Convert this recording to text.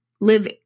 live